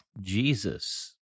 Jesus